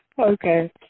Okay